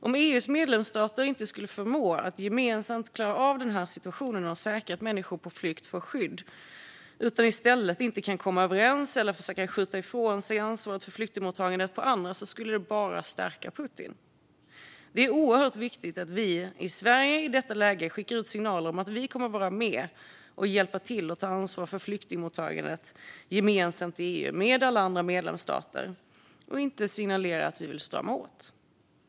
Om EU:s medlemsstater inte skulle förmå att gemensamt klara av situationen och säkra att människor på flykt får skydd utan i stället inte kan komma överens eller försöker skjuta ifrån sig ansvaret för flyktingmottagandet på andra skulle det bara stärka Putin. Det är oerhört viktigt att vi i Sverige i detta läge skickar ut signaler om att vi kommer att vara med och hjälpa till och ta ansvar för flyktingmottagandet gemensamt i EU med alla andra medlemsstater och inte signalerar att vi vill strama åt.